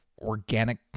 organic